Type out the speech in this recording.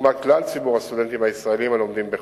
דוגמת כלל ציבור הסטודנטים הישראלים הלומדים בחו"ל,